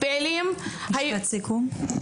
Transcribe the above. משפט סיכום.